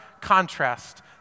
contrast